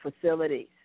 facilities